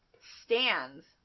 stands